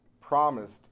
promised